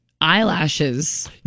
eyelashes